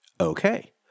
Okay